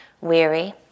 weary